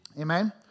Amen